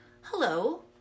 Hello